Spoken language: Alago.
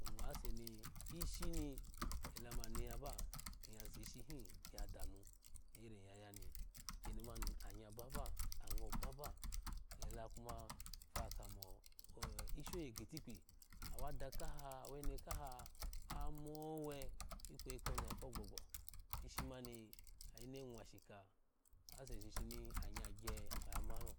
Inwase ni ishini da moni yaba iya zishihi ya danu rilya niya yani ikeyeni mami anya baba ango bab da kume baku mo ishi oye gitikpi adukahu awenekahu amowe ikweyi konya ko gbogbo ishe mami ayene mwashika asheshi anyu gye oya malo